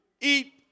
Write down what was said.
eat